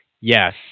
yes